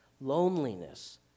Loneliness